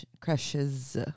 Crushes